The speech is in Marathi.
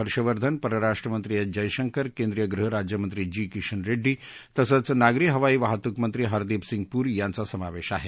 हर्षवर्धन परराष्ट्र मंत्री एस जयशंकर केंद्रीय गृह राज्यमंत्री जी किशन रेड्डी तसंच नागरी हवाई वाहतुक मंत्री हरदीप सिंग पुरी यांचा समावेश आहे